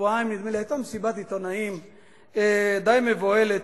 נדמה לי, היתה מסיבת עיתונאים די מבוהלת,